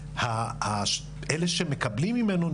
אלה שמקבלים ממנו,